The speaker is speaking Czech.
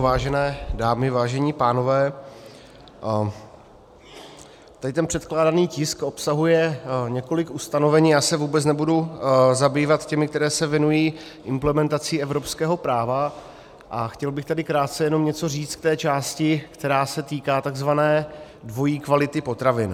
Vážené dámy, vážení pánové, předkládaný tisk obsahuje několik ustanovení, vůbec se nebudu zabývat těmi, která se věnují implementaci evropského práva, a chtěl bych tady krátce jenom něco říct k té části, která se týká takzvané dvojí kvality potravin.